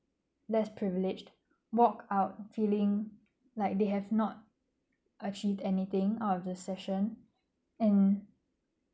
less privileged walk out feeling like they have not achieve anything out of the session and